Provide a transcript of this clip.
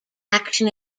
action